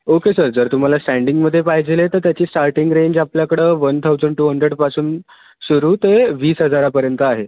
okay sir जर तुम्हाला स्टँडिंगमध्ये पाहिजे आहे तर त्याची सार्टिंग रेंज आपल्याकडं वन थाऊजंड टू हंड्रेडपासून सुरू ते वीस हजारापर्यंत आहे